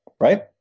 right